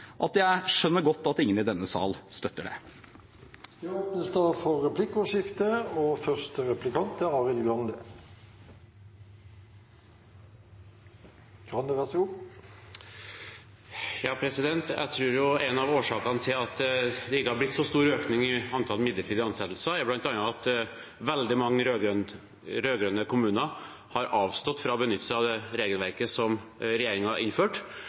at jeg skjønner godt at ingen i denne sal støtter det. Det blir replikkordskifte. Jeg tror en av årsakene til at det ikke har blitt så stor økning i antallet midlertidige ansettelser, er bl.a. at veldig mange rød-grønne kommuner har avstått fra å benytte seg av det regelverket som regjeringen har innført,